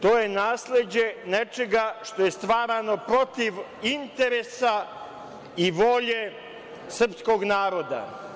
To je nasleđe nečega što je stvarano protiv interesa i volje srpskog naroda.